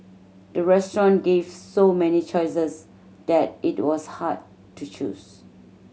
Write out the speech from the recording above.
the restaurant gave so many choices that it was hard to choose